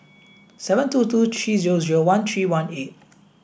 seven two two three zero zero one three one eight